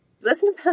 Listen